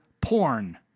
porn